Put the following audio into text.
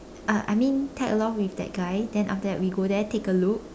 uh I mean tag along with that guy then after that we go there take a look